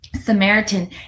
Samaritan